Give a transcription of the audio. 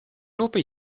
lupe